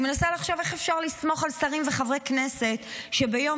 אני מנסה לחשוב איך אפשר לסמוך על שרים וחברי כנסת שביום